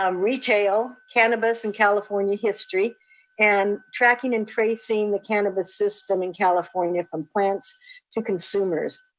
um retail, cannabis, and california history and tracking and tracing the cannabis system in california from plants to consumers.